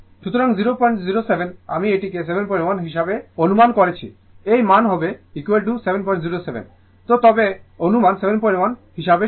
সুতরাং 707 আমি এটিকে 71 হিসাবে আনুমান করেছি এই মান হবে 707 তো তবে আনুমান 71 হিসাবে সঠিক